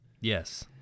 Yes